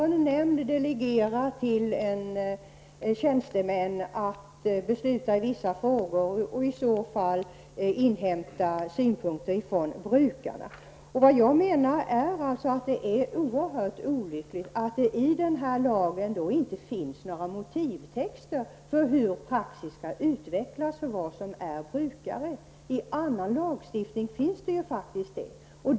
En nämnd får delegera till tjänstemän att besluta i vissa frågor, och inhämta synpunkter från brukarna. Jag menar att det är oerhört olyckligt att det i den här lagen inte finns några motivtexter när det gäller hur praxis skall utvecklas och vad som är brukare; i annan lagstiftning finns faktiskt sådana texter.